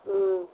ம்